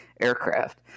aircraft